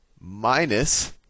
minus